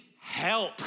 help